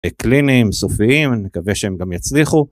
קליניים, סופיים, נקווה שהם גם יצליחו.